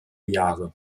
jahre